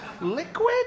Liquid